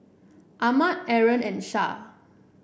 Ahmad Aaron and Shah